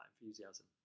enthusiasm